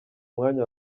mwanya